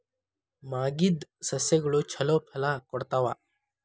ಮಾಗಿದ್ ಸಸ್ಯಗಳು ಛಲೋ ಫಲ ಕೊಡ್ತಾವಾ?